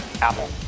Apple